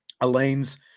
Elaine's